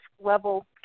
level